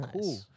cool